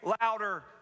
louder